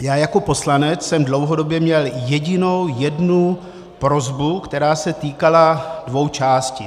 Já jako poslanec jsem dlouhodobě měl jedinou jednu prosbu, která se týkala dvou částí.